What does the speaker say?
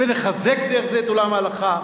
ונחזק דרך זה את עולם ההלכה,